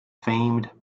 famed